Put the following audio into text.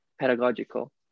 pedagogical